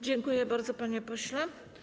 Dziękuję bardzo, panie pośle.